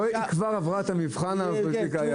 היא כבר עברה את המבחן על הפוליטיקאיות.